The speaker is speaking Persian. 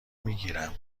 میگیرم